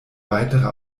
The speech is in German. weitere